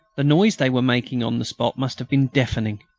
the noise they were making on the spot must have been deafening.